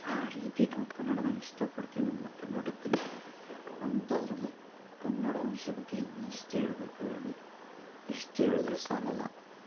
ಆ ರೀತಿಯೂ ಕನ್ನಡನ ಇಷ್ಟ ಪಡ್ತೀವಿ ನಮ್ಮ ಕರ್ನಾಟಕದಲ್ಲೇ ಅಂಥದ್ದರಲ್ಲಿ ಕನ್ನಡ ಭಾಷೆ ಬಗ್ಗೆ ಎಷ್ಟು ಹೇಳಬೇಕು ಹೇಳಿ ಎಷ್ಟು ಹೇಳಿದರು ಸಾಲೋಲ್ಲ